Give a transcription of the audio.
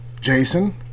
Jason